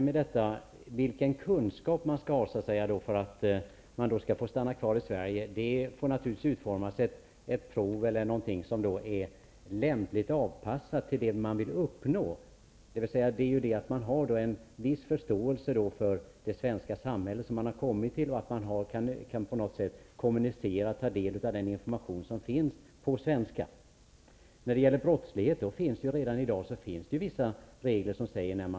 Herr talman! Som svar på frågan om vilka kunskaper som krävs för att man skall få stanna kvar i Sverige vill jag säga att det naturligtvis behövs ett prov som är lämpligt avpassat i förhållande till det som man vill uppnå. Det gäller att ha en viss förståelse för det svenska samhälle som man har kommit till och att man på något sätt kan kommunicera och ta del av den information som finns på svenska. När det gäller brottsligheten finns det ju redan i dag vissa regler om utvisning.